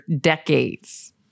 decades